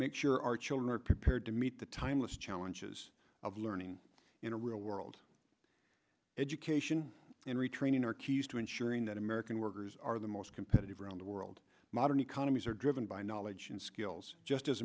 make sure our children are prepared to meet the timeless challenges of learning in a real world education and retraining our keys to ensuring that american workers are the most competitive around the world modern economies are driven by knowledge and skills just as